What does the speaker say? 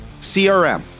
CRM